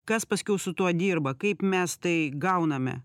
kas paskiau su tuo dirba kaip mes tai gauname